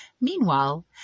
Meanwhile